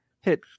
hit